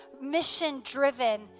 mission-driven